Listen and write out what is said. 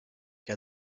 qui